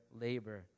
labor